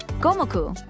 gomoku.